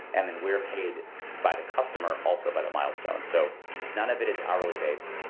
and then we're paid by the customer also by the milestone. so none of it is hourly based.